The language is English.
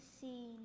see